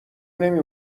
نمی